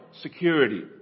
security